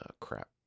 crap